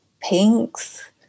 pinks